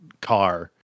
car